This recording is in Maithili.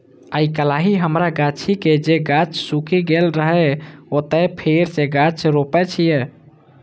आइकाल्हि हमरा गाछी के जे गाछ सूखि गेल रहै, ओतय फेर सं गाछ रोपै छियै